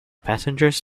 passengers